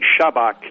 Shabak